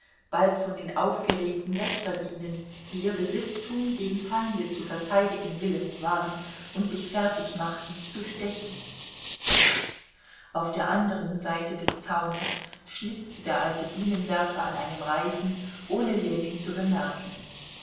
bald von den aufgeregten wächterbienen die ihr besitztum gegen feinde zu verteidigen willens waren und sich fertigmachten zu stechen auf der anderen seite des zaunes schnitzte der alte bienenwärter an einem reifen ohne ljewin zu bemerken